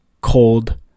Cold